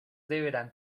deberán